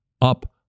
up